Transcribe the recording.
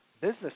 business